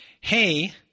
Hey